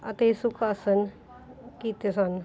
ਅਤੇ ਸੁਖਆਸਨ ਕੀਤੇ ਸਨ